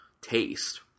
taste